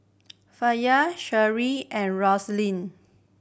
Faye and Roslin